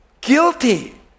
guilty